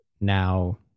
now